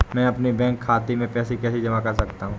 मैं अपने बैंक खाते में पैसे कैसे जमा कर सकता हूँ?